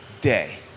day